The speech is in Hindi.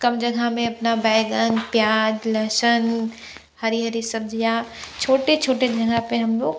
कम जगह में अपना बैंगन प्याज लहसुन हरी हरी सब्जियां छोटे छोटे जगह पर हम लोग